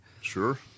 Sure